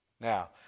Now